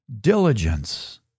Diligence